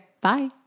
Bye